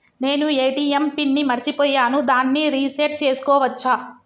నేను ATM pin ని మరచిపోయాను దాన్ని రీ సెట్ చేసుకోవచ్చా?